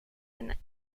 and